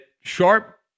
Sharp